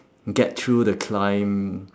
get through the climb